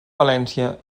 valència